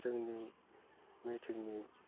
जोंनि मिथिंनि